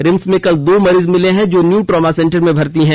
RIMS में कल दो मरीज मिले हैं जो न्यू ट्रामा सेंटर में भर्ती हैं